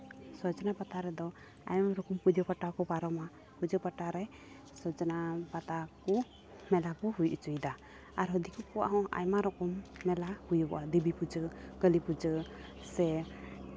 ᱥᱚᱡᱽᱱᱟ ᱯᱟᱛᱟ ᱨᱮᱫᱚ ᱟᱭᱢᱟ ᱨᱚᱠᱚᱢ ᱯᱩᱡᱟᱹ ᱯᱟᱴᱟ ᱠᱚ ᱯᱟᱨᱚᱢᱟ ᱯᱩᱡᱟᱹ ᱯᱟᱴᱟ ᱨᱮ ᱥᱚᱡᱽᱱᱟ ᱯᱟᱛᱟ ᱠᱚ ᱢᱮᱞᱟ ᱠᱚ ᱦᱩᱭ ᱦᱚᱪᱚᱭᱮᱫᱟ ᱟᱨᱦᱚᱸ ᱫᱤᱠᱩ ᱠᱚᱣᱟᱜ ᱦᱚᱸ ᱟᱭᱢᱟ ᱨᱚᱠᱚᱢ ᱢᱮᱞᱟ ᱦᱩᱭᱩᱜᱚᱜᱼᱟ ᱫᱮᱵᱤ ᱯᱩᱡᱟᱹ ᱠᱟᱹᱞᱤ ᱯᱩᱡᱟᱹ ᱥᱮ